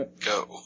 Go